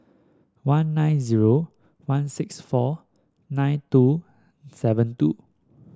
one nine zero one six four nine two seven two